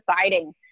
deciding